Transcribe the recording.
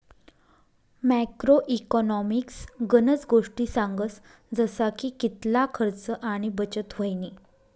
macro economics गनज गोष्टी सांगस जसा की कितला खर्च आणि बचत व्हयनी